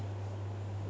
memorable for me